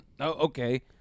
Okay